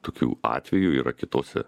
tokių atvejų yra kitose